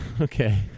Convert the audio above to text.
Okay